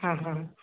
ಹಾಂ ಹಾಂ